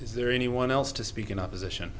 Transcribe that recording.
is there anyone else to speak in opposition